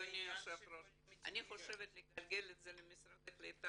אדוני היושב ראש אני חושבת שזה לא נכון לגלגל את זה למשרד העלייה והקליטה